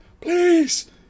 please